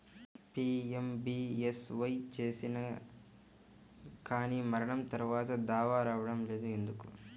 PMBSY చేసినా కానీ మరణం తర్వాత దావా రావటం లేదు ఎందుకు?